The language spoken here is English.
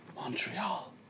Montreal